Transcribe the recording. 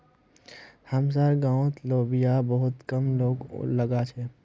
हमसार गांउत लोबिया बहुत कम लोग उगा छेक